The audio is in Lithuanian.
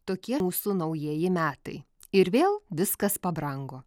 tokie usų naujieji metai ir vėl viskas pabrango